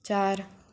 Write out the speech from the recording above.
चार